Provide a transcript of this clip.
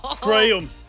Graham